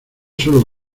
solo